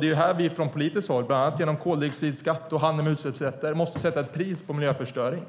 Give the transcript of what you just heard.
Det är här vi från politiskt håll, bland annat genom koldioxidskatt och handeln med utsläppsrätter, måste sätta ett pris på miljöförstöring.